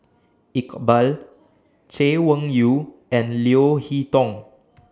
Iqbal Chay Weng Yew and Leo Hee Tong